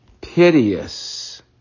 piteous